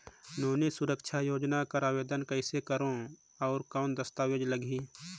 नोनी सुरक्षा योजना कर आवेदन कइसे करो? और कौन दस्तावेज लगही?